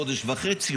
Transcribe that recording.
חודש וחצי,